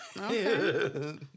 Okay